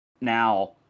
now